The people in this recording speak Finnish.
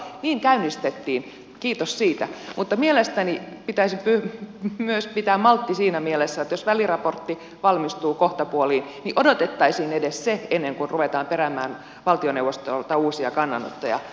niin käynnistettiin kiitos siitä mutta mielestäni pitäisi myös pitää maltti siinä mielessä että jos väliraportti valmistuu kohtapuoliin niin odotettaisiin edes se ennen kuin ruvetaan peräämään valtioneuvostolta uusia kannanottoja